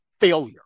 failure